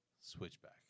Switchback